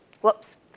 Whoops